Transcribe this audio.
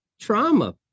Trauma